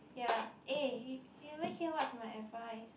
ya eh you you never hear what's my advice